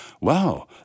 wow